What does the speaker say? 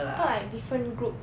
I thought like different groups